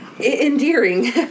Endearing